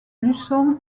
luçon